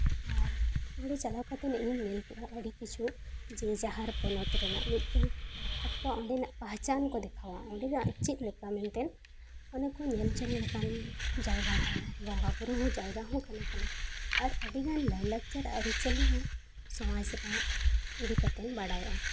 ᱟᱨ ᱤᱧ ᱫᱚ ᱪᱟᱞᱟᱣ ᱠᱟᱛᱮ ᱚᱸᱰᱮᱧ ᱧᱮᱞ ᱠᱮᱜᱼᱟ ᱟᱹᱰᱤ ᱠᱤᱪᱷᱩ ᱡᱮ ᱡᱟᱦᱟᱨ ᱯᱚᱱᱚᱛ ᱨᱮᱱᱟᱜ ᱢᱤᱫᱴᱤᱱ ᱟᱠᱚᱣᱟᱜ ᱚᱸᱰᱮᱱᱟᱜ ᱯᱮᱦᱪᱟᱱ ᱠᱚ ᱫᱮᱠᱷᱟᱣᱟ ᱚᱸᱰᱮᱱᱟᱜ ᱪᱮᱫᱞᱮᱠᱟ ᱢᱮᱱᱛᱮ ᱚᱱᱟ ᱠᱚ ᱧᱮᱞ ᱡᱚᱝ ᱞᱮᱠᱟᱱ ᱡᱟᱭᱜᱟ ᱵᱚᱸᱜᱟᱼᱵᱳᱨᱳ ᱨᱮᱱᱟᱜ ᱡᱟᱭᱜᱟ ᱦᱚᱸ ᱠᱟᱱᱟ ᱟᱨ ᱟᱹᱰᱤᱜᱟᱱ ᱞᱟᱭᱼᱞᱟᱠᱪᱟᱨ ᱟᱹᱨᱤᱼᱪᱟᱹᱞᱤ ᱦᱚᱸ ᱥᱟᱢᱟᱡᱽ ᱨᱮᱱᱟᱜ ᱤᱫᱤ ᱠᱟᱛᱮ ᱵᱟᱲᱟᱭᱚᱜᱼᱟ